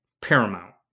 paramount